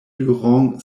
durant